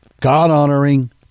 God-honoring